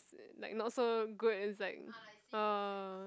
like not so good it's like oh